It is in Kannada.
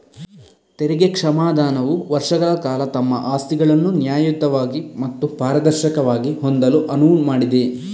ತೆರಿಗೆ ಕ್ಷಮಾದಾನವು ವರ್ಷಗಳ ಕಾಲ ತಮ್ಮ ಆಸ್ತಿಗಳನ್ನು ನ್ಯಾಯಯುತವಾಗಿ ಮತ್ತು ಪಾರದರ್ಶಕವಾಗಿ ಹೊಂದಲು ಅನುವು ಮಾಡಿದೆ